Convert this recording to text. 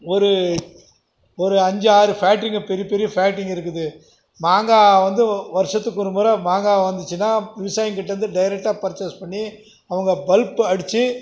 ஒரு ஒரு அஞ்சு ஆறு ஃபேக்ட்ரிங்கள் பெரிய பெரிய ஃபேக்ட்ரிங்கள் இருக்குது மாங்காய் வந்து வருஷத்துக்கு ஒரு முறை மாங்காய் வந்துச்சுனால் விவசாயிங்கக்கிட்டேருந்து டேரெக்ட்டாக பர்ச்சேஸ் பண்ணி அவங்க பல்ப் அடித்து